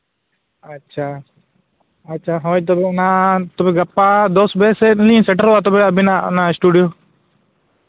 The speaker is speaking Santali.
ᱟᱪᱪᱷᱟ ᱦᱳᱭ ᱛᱚᱵᱮ ᱢᱟ ᱛᱚᱵᱮ ᱜᱟᱯᱟ ᱫᱚᱥ ᱵᱟᱡᱮ ᱥᱮᱫ ᱞᱤᱧ ᱥᱮᱴᱮᱨᱚᱜᱼᱟ ᱛᱚᱵᱮ ᱟᱹᱵᱤᱱᱟᱜ ᱚᱱᱟ ᱥᱴᱩᱰᱤᱭᱳ